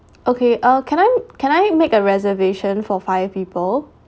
okay uh can I can I make a reservation for five people